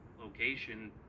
location